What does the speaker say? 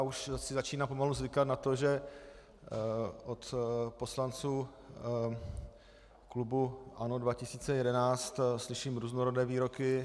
Už si začínám pomalu zvykat na to, že od poslanců klubu ANO 2011 slyším různorodé výroky.